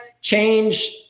change